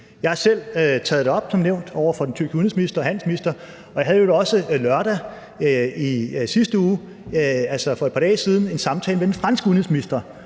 nævnt selv taget det op over for den tyrkiske udenrigsminister og handelsminister, og jeg havde i øvrigt også lørdag i sidste uge, altså for et par dage siden, en samtale med den franske udenrigsminister